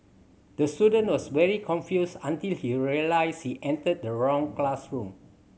the student was very confused until he realised he entered the wrong classroom